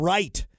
Right